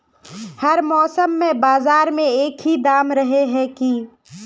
हर मौसम में बाजार में एक ही दाम रहे है की?